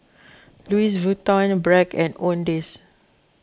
Louis Vuitton Bragg and Owndays